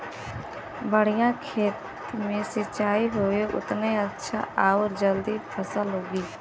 बढ़िया खेत मे सिंचाई होई उतने अच्छा आउर जल्दी फसल उगी